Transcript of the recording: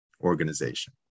organization